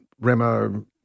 Remo